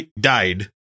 died